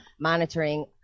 monitoring